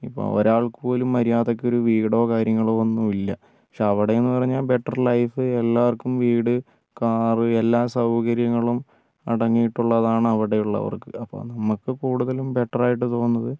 ഇപ്പോൾ ഒരാൾക്കുപോലും മര്യാദക്കൊരു വീടോ കാര്യങ്ങളോ ഒന്നുമില്ല പക്ഷേ അവിടെന്ന് പറഞ്ഞാൽ ബെറ്റർ ലൈഫ് എല്ലാവർക്കും വീട് കാറ് എല്ലാ സൗകര്യങ്ങളും അടങ്ങിയിട്ടുള്ളതാണ് അവിടെയുള്ളവർക്ക് അപ്പോൾ നമുക്ക് കൂടുതലും ബെറ്ററായിട്ട് തോന്നുന്നത്